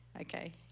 Okay